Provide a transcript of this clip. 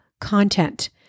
content